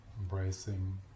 embracing